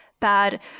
bad